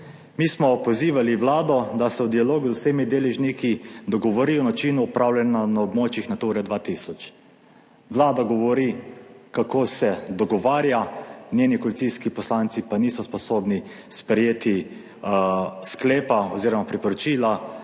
Mi smo pozivali Vlado, da se v dialogu z vsemi deležniki dogovori o načinu upravljanja na območjih Nature 2000. Vlada govori kako se dogovarja, njeni koalicijski poslanci pa niso sposobni sprejeti sklepa oziroma priporočila,